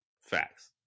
Facts